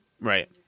Right